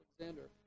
Alexander